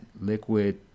liquid